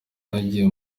nagiye